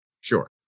sure